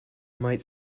might